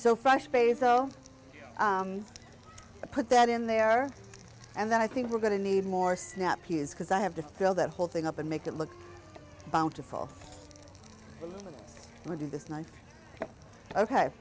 faced so i put that in there and then i think we're going to need more snap peas because i have to fill that whole thing up and make it look bountiful or do this nice ok